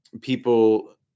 people